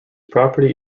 property